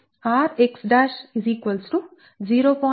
rx 0